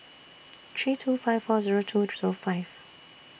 three two five four Zero two Zero five